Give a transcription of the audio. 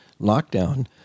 lockdown